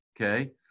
okay